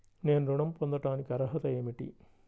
నేను ఋణం పొందటానికి అర్హత ఏమిటి?